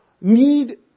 need